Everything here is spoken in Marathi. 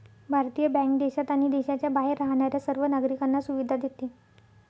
भारतीय बँक देशात आणि देशाच्या बाहेर राहणाऱ्या सर्व नागरिकांना सुविधा देते